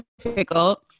difficult